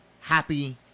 happy